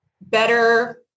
better